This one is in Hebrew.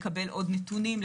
לקבל עוד נתונים,